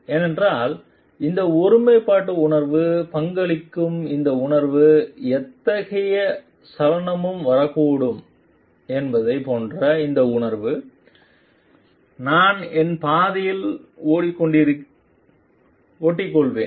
ஏனென்றால் இந்த ஒருமைப்பாட்டு உணர்வு பங்களிக்கும் இந்த உணர்வு எத்தகைய சலனமும் வரக்கூடும் என்பதைப் போன்ற இந்த உணர்வு நான் என் பாதையில் ஒட்டிக்கொள்வேன்